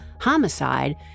homicide